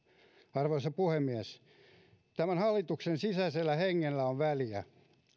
arvoisa puhemies tämän hallituksen sisäisellä hengellä on väliä